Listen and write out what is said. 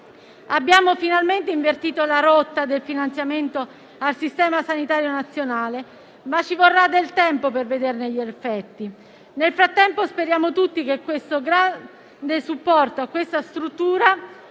Abbiamo finalmente invertito la rotta del finanziamento del Sistema sanitario nazionale, ma ci vorrà del tempo per vederne gli effetti. Nel frattempo speriamo tutti che il grande supporto a questa struttura